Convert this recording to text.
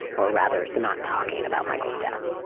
or rather the not talking about michael's death,